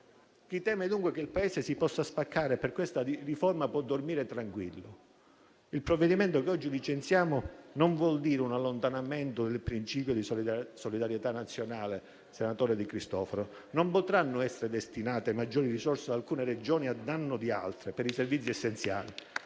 Chi teme dunque che il Paese possa spaccarsi per questa riforma può dormire tranquillo. Il provvedimento che oggi licenziamo non comporta un allontanamento dal principio di solidarietà nazionale, senatore De Cristofaro. Non potranno essere destinate maggiori risorse ad alcune Regioni a danno di altre per i servizi essenziali,